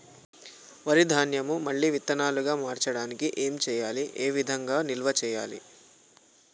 వరి ధాన్యము మళ్ళీ విత్తనాలు గా మార్చడానికి ఏం చేయాలి ఏ విధంగా నిల్వ చేయాలి?